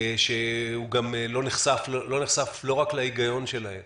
שהוא לא נחשף לא רק להיגיון שלהן